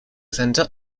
centre